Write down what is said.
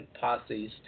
posses